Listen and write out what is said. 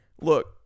look